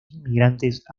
inmigrantes